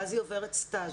ואז היא עוברת סטאז'